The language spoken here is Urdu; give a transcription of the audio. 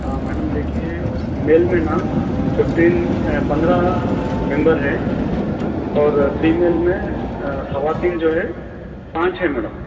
میڈم دیکھیے میل میں نہ ففٹین پندرہ ممبر ہیں اور فیمیل میں خواتین جو ہیں پانچ ہیں میڈم